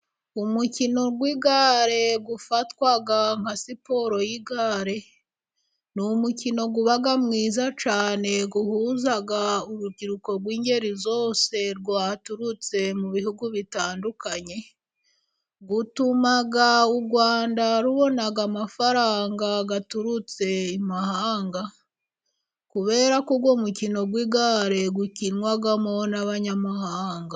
Umukino w'igare ufatwa nka siporo y'igare, ni umukino uba mwiza cyane uhuza urubyiruko rw'ingeri zose rwaturutse mu bihugu bitandukanye, utuma u Rwanda rubona amafaranga aturutse i mahanga, kubera ko uwo mukino w'igare ukinwamo n'abanyamahanga.